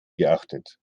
geachtet